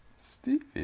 Stevie